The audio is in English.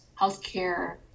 healthcare